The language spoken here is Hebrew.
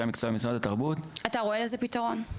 המקצוע במשרד התרבות --- אתה רואה לזה פתרון?